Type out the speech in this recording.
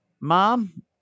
Mom